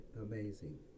amazing